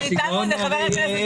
בדיוק שני השיקולים שדיברת עליהם,